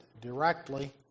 directly